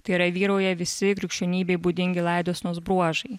tai yra vyrauja visi krikščionybei būdingi laidosenos bruožai